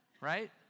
right